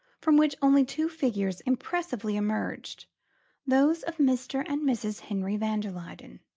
from which only two figures impressively emerged those of mr. and mrs. henry van der luyden.